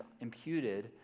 imputed